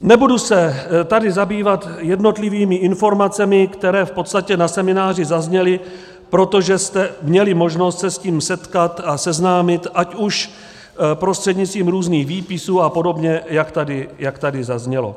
Nebudu se tady zabývat jednotlivými informacemi, které v podstatě na semináři zazněly, protože jste měli možnost se s tím setkat a seznámit ať už prostřednictvím různých výpisů apod., jak tady zaznělo.